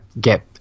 get